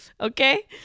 Okay